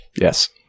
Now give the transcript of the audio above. Yes